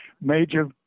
major